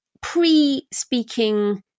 pre-speaking